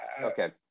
Okay